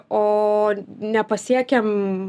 o nepasiekiam